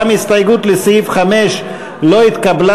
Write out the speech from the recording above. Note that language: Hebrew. גם ההסתייגות לסעיף 5 לא התקבלה.